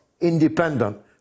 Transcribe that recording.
independent